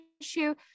issue